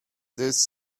this